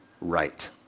right